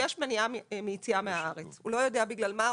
שיש מניעה מהארץ הוא לא יודע בגלל מה,